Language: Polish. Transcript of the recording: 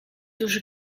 dusz